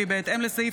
כי בהתאם לסעיף